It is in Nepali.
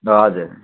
हजुर